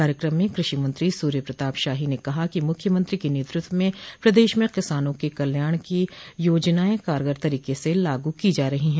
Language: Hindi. कार्यक्रम में कृषि मंत्री सूर्य प्रताप शाही ने कहा कि मुख्यमंत्री के नेतृत्व में प्रदेश में किसानों के कल्याण की योजनाएं कारगर तरीके से लागू की जा रही है